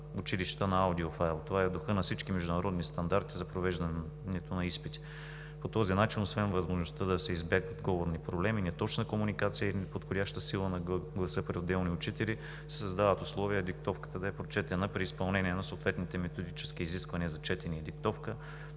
училищата на аудиофайл – това е в духа на всички международни стандарти за провеждането на изпити. По този начин, освен възможността да се избегнат говорни проблеми, неточна комуникация и неподходяща сила на гласа при отделни учители, се създават условия диктовката да е прочетена при изпълнение на съответните методически изисквания за четене и диктовка